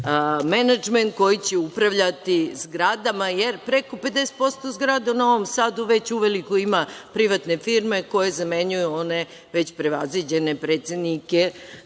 menadžera koji će upravljati zgradama, jer preko 50% zgrada u Novom Sadu već uveliko ima privatne firme koje zamenjuju one već prevaziđene predsednike